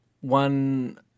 One